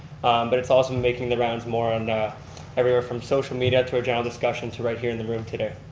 but it's also making the rounds more and anywhere from social media to a general discussion to right here in the room today.